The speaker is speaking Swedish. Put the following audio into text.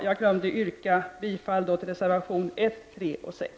Jag yrkar bifall till reservationerna 1, 3 och 6.